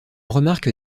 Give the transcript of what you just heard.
remarque